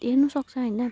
हेर्नु सक्छ होइन